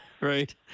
Right